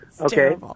Okay